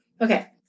Okay